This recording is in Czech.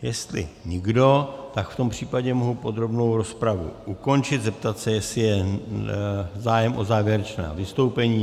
Jestli nikdo, tak v tom případě mohu podrobnou rozpravu ukončit, zeptat se, jestli je zájem o závěrečná vystoupení.